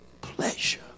pleasure